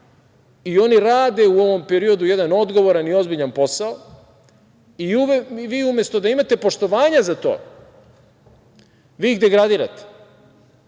Oni rade u ovom periodu jedan odgovoran i ozbiljan posao i vi umesto da imate poštovanja za to, vi ih degradirate.